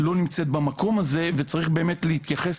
לא נמצאת במקום הזה וצריך באמת להתייחס,